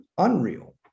unreal